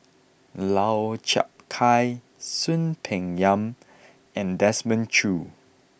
Lau Chiap Khai Soon Peng Yam and Desmond Choo